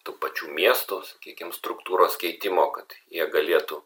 tų pačių miestų sakykim struktūros keitimo kad jie galėtų